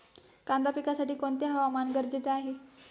कांदा पिकासाठी कोणते हवामान गरजेचे आहे?